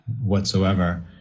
whatsoever